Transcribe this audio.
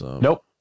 Nope